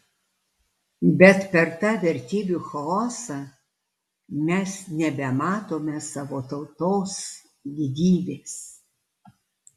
bet per tą vertybių chaosą mes nebematome savo tautos didybės